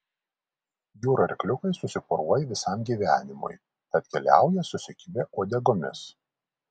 jūrų arkliukai susiporuoja visam gyvenimui tad keliauja susikibę uodegomis